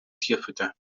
tierfutter